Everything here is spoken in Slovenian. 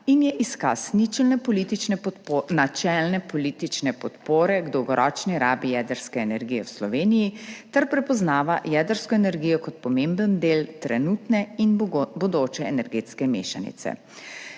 in je izkaz načelne politične podpore dolgoročni rabi jedrske energije v Sloveniji ter prepoznava jedrsko energijo kot pomemben del trenutne in bodoče energetske mešanice.